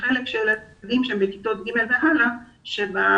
וחלק מהילדים הם בכיתות ג' והלאה שבקריטריונים